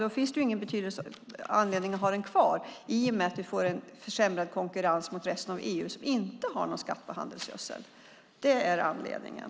Då finns det ingen anledning att ha den kvar i och med att man då får en nackdel i konkurrensen med resten av EU, där man inte har någon skatt på handelsgödsel. Det är anledningen.